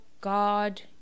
God